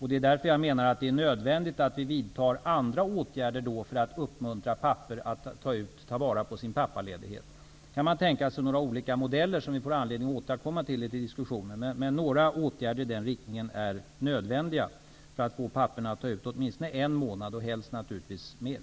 Det är därför jag menar att det är nödvändigt att vidta andra åtgärder för att uppmuntra pappor att ta vara på sin pappaledighet. Det går att tänka sig olika modeller, som vi får anledning att återkomma till i diskussionen. Men åtgärder i den riktningen är nödvändiga för att få papporna att ta ut åtminstone en månads ledighet och helst naturligtvis mer.